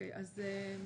ענת,